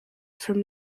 from